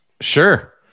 Sure